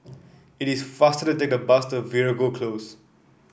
it is faster to take the bus to Veeragoo Close